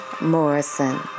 Morrison